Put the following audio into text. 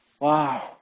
Wow